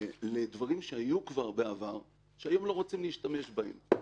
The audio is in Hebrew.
לדברים שהיו כבר בעבר שהיום לא רוצים להשתמש בהם.